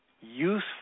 useful